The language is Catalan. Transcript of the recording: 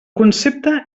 concepte